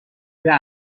میره